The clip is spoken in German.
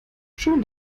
schön